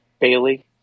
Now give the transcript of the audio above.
Bailey